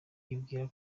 yibwira